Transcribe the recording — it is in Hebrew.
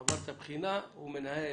עבר את הבחינה, הוא מנהל.